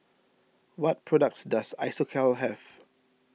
what products does Isocal have